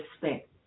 respect